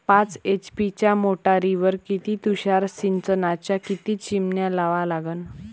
पाच एच.पी च्या मोटारीवर किती तुषार सिंचनाच्या किती चिमन्या लावा लागन?